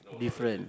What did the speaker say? different